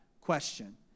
question